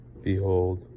behold